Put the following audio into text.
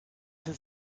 has